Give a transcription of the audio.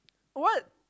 what